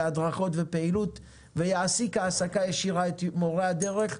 הדרכות ופעילות ויעסיק העסקה ישירה את מורי הדרך,